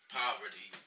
poverty